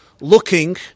looking